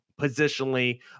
positionally